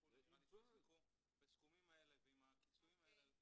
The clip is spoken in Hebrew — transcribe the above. מחו"ל נראה לי שישמחו בסכומים האלה ועם הכיסויים האלה לוותר.